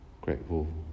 Grateful